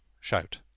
shout